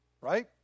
right